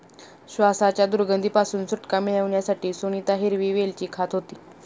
श्वासाच्या दुर्गंधी पासून सुटका मिळवण्यासाठी सुनीता हिरवी वेलची खात होती